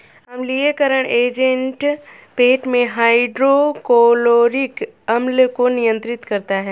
अम्लीयकरण एजेंट पेट में हाइड्रोक्लोरिक अम्ल को नियंत्रित करता है